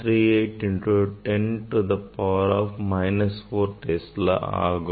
38 into 10 to the power minus 4 Tesla ஆகும்